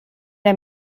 der